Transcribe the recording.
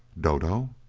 dodo!